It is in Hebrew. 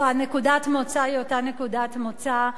נקודת המוצא היא אותה נקודת מוצא.